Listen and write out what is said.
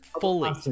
fully